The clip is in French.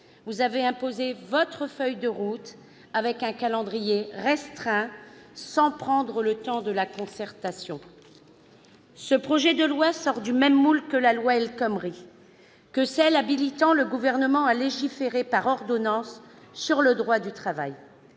Vous avez imposé votre feuille de route, avec un calendrier restreint, sans prendre le temps de la concertation. Ce projet de loi sort du même moule que la loi El Khomri ou que celle qui habilitait le Gouvernement à légiférer par ordonnances sur le droit du travail.